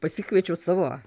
pasikviečiau savo